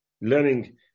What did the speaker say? learning